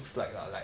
it's like lah like